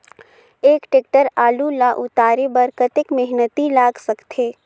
एक टेक्टर आलू ल उतारे बर कतेक मेहनती लाग सकथे?